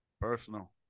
Personal